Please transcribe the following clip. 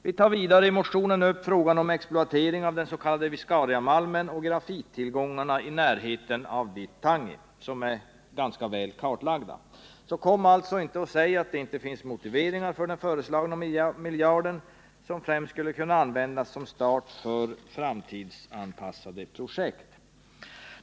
Vi tar vidare i motionen upp exploateringen av den s.k. viscariamalmen och grafittillgångarna i närheten av Vittangi, som är ganska väl klarlagda. Så kom inte och säg att det inte finns motiveringar för den föreslagna miljarden, som främst skulle kunna användas som start för framtidsanpassade projekt!